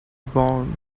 bound